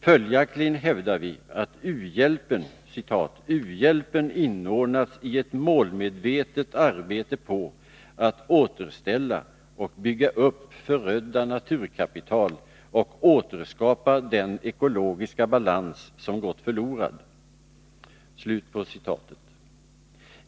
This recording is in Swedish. Följaktligen hävdar vi att u-hjälpen bör ”inordnas i ett målmedvetet arbete på att återställa och bygga upp förödda naturkapital och att återskapa den ekologiska balans som gått förlorad”.